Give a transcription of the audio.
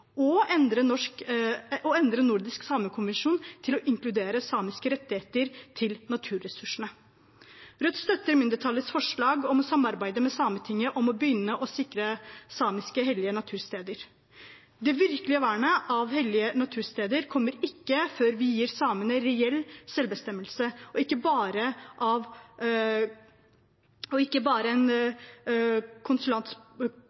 og endre Nordisk samekonvensjon til å inkludere samiske rettigheter til naturressursene. Rødt støtter mindretallets forslag om å samarbeide med Sametinget om å begynne å sikre samiske hellige natursteder. Det virkelige vernet av hellige natursteder kommer ikke før vi gir samene reell selvbestemmelse og ikke bare en konsultasjonsplikt på papiret. Jeg skal bare